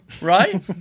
Right